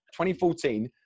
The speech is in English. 2014